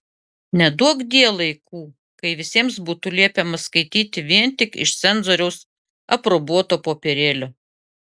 neduokdie laikų kai visiems būtų liepiama skaityti vien tik iš cenzoriaus aprobuoto popierėlio